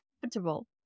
comfortable